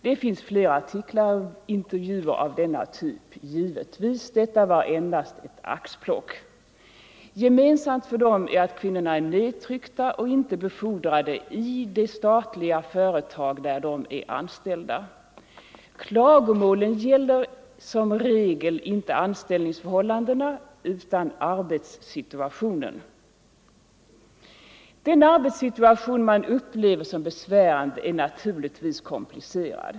Det finns givetvis fler artiklar och intervjuer av denna typ. Detta var endast ett axplock. Gemensamt för dem är att kvinnorna är nedtryckta och inte befordrade i det statliga företag där de är anställda. Klagomålen gäller som regel inte anställningsförhållanden utan arbetssituationen. Den arbetssituation man upplever som besvärande är naturligtvis komplicerad.